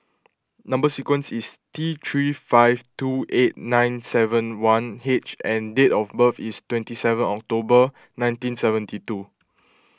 Number Sequence is T three five two eight nine seven one H and date of birth is twenty seven October nineteen seventy two